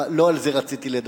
לא על זה רציתי לדבר.